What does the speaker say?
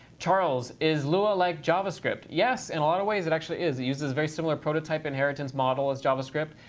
charles, is lua like javascript? yes, in a lot of ways it actually is. it uses very similar prototype inheritance model as javascript.